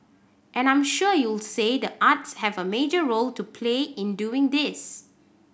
and I'm sure you say the arts have a major role to play in doing this